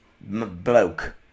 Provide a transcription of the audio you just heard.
bloke